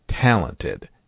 talented